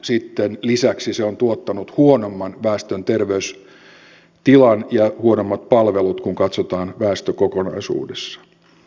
sitten lisäksi se tuottanut huonomman väestön terveydentilan ja huonommat palvelut kun katsotaan väestöä kokonaisuudessaan